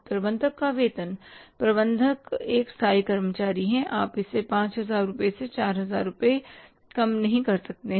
प्रबंधक का वेतन प्रबंधक एक स्थायी कर्मचारी है आप इसे 5000 रुपये से 4000 रुपए कम नहीं कर सकते हैं